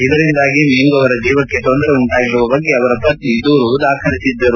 ಇದರಿಂದಾಗಿ ಮೆಂಗ್ ಅವರ ಜೀವಕ್ಕೆ ತೊಂದರೆ ಉಂಟಾಗಿರುವ ಬಗ್ಗೆ ಅವರ ಪತ್ನಿ ದೂರು ದಾಖಲಿಸಿದ್ದರು